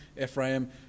Ephraim